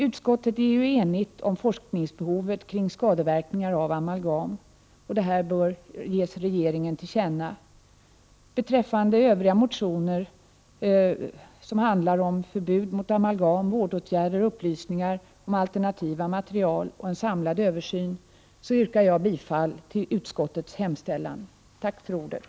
Utskottet är enigt om forskningsbehovet kring skadeverkningar av amalgam och att detta bör ges regeringen till känna. Beträffande övriga motioner som handlar om förbud mot amalgam, vårdåtgärder, upplysningar om alternativa material och en samlad översyn yrkar jag bifall till utskottets hemställan. Tack för ordet.